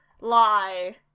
lie